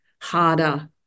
harder